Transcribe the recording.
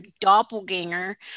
doppelganger